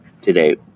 today